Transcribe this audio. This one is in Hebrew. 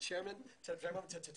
אבל הם עדיין משקיעים בטכנולוגיה ישראלית.